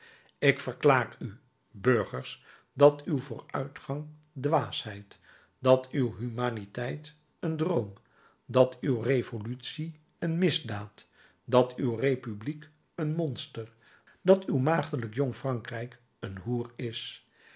ik verklaar u burgers dat uw vooruitgang dwaasheid dat uw humaniteit een droom dat uw revolutie een misdaad dat uw republiek een monster dat uw maagdelijk jonge frankrijk een hoer is